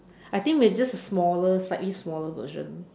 I think with just a smaller slightly smaller version